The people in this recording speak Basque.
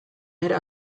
era